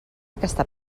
aquesta